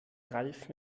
ralf